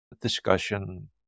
discussion